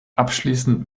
abschließend